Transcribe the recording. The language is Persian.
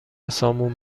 سامون